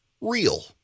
real